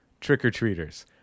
trick-or-treaters